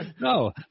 No